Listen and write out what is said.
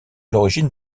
l’origine